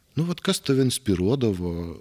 nu vat kas tave inspiruodavo